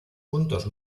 puntos